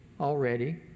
already